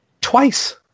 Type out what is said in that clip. Twice